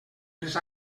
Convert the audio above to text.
les